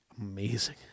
amazing